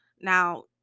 now